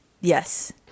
Yes